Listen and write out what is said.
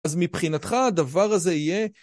אז מבחינתך הדבר הזה יהיה...